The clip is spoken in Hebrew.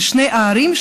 של שתי הערים,